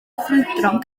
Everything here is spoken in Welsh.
ffrwydron